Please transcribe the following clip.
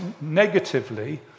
Negatively